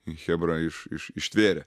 chebra iš iš ištvėrė